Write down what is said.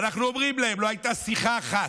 ואנחנו אומרים להם, לא הייתה שיחה אחת,